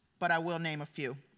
but i will name a few.